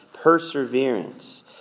perseverance